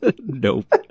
Nope